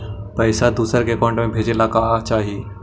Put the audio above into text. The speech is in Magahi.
पैसा दूसरा के अकाउंट में भेजे ला का का चाही?